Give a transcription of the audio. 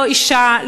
לא אישה,